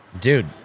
Dude